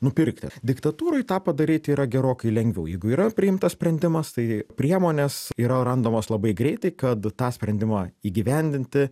nupirkti diktatūrai tą padaryti yra gerokai lengviau jeigu yra priimtas sprendimas tai priemonės yra randamos labai greitai kad tą sprendimą įgyvendinti